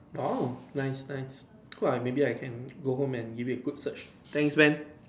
!wow! nice nice maybe I can go home and give it a good search thanks man